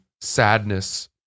sadness